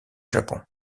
japon